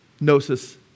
Gnosis